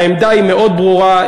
העמדה היא מאוד ברורה,